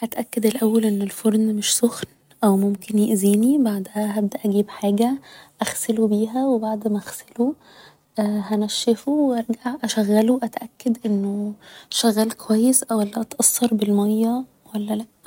هتأكد الأول ان الفرن مش سخن او ممكن يأذيني بعدها هبدأ اجيب حاجة اغسله بيها و بعد ما اغسله هنشفه و ارجع اشغله اتأكد انه شغال كويس ولا اتأثر بالمياه ولا لا